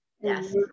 Yes